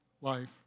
life